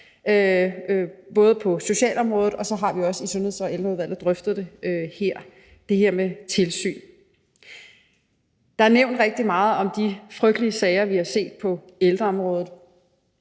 både på socialområdet, og så har vi også i Sundheds- og Ældreudvalget drøftet det her med tilsyn. Der er nævnt rigtig meget om de frygtelige sager, vi har set på ældreområdet.